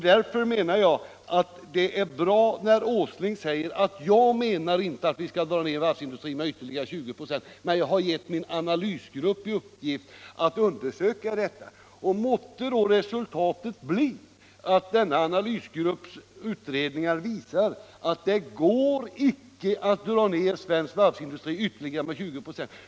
Därför tycker jag att det är bra när herr Åsling säger att han inte anser att varvsindustrin skall dras ned med ytterligare 20 926 utan att han endast gett sin analysgrupp i uppgift att undersöka denna fråga. Måtte då resultatet av denna analysgrupps utredningar visa att det inte går att dra ned svensk varvsindustri med ytterligare 20 96.